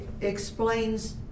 explains